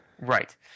Right